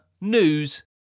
news